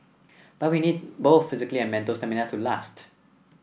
but we need both physical and mental stamina to last